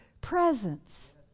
presence